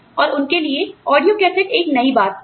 और उनके लिए ऑडियो कैसेट एक नई बात थे